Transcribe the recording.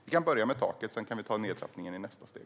Vi kan börja med taket, och sedan kan vi ta nedtrappningen i nästa steg.